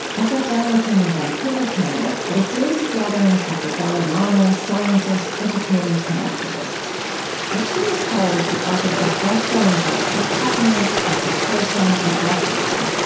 i sat down with him in vancouver, canada at a series of gatherings with the dalai lama, scientists, educators, and activists matthieu ricard is the author of bestselling books on happiness, contemplation, and altruism.